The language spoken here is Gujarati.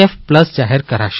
એફ પ્લસ જાહેર કરાશે